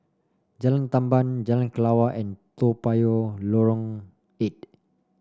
Jalan Tamban Jalan Kelawar and Toa Payoh Lorong Eight